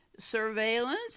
Surveillance